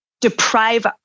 deprive